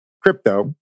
crypto